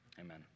Amen